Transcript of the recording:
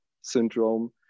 syndrome